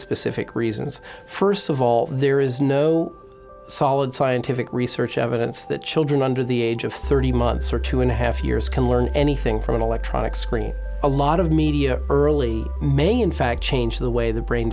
specific reasons first of all there is no solid scientific research evidence that children under the age of thirty months are two and a half years can learn anything from an electronic screen a lot of media early may in fact change the way the brain